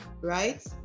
right